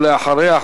ואחריה,